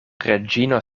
reĝino